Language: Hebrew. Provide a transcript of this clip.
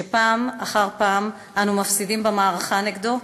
שפעם אחר פעם אנו מפסידים במערכה נגדו,